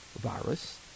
virus